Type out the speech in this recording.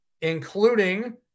including